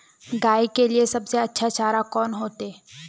गाय के लिए सबसे अच्छा चारा कौन होते?